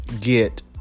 get